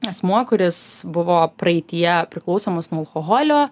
asmuo kuris buvo praeityje priklausomas nuo alkoholio